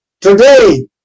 Today